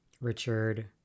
Richard